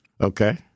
Okay